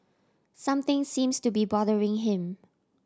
something seems to be bothering him